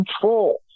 control